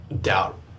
Doubt